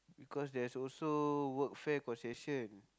because there's also workfare concession